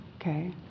okay